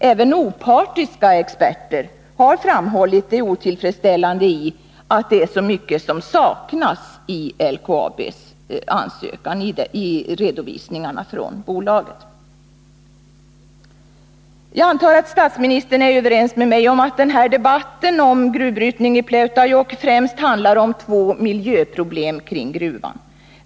Även opartiska experter har framhållit det otillfredsställande i att det är så mycket som saknas i LKAB:s ansökan och i redovisningarna från bolaget. Jag antar att statsministern är överens med mig om att den här debatten om gruvbrytning i Pleutajokk främst handlar om två miljöproblem kring gruvan.